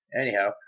Anyhow